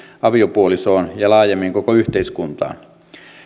aviopuolisoon ja laajemmin koko yhteiskuntaan